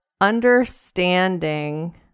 understanding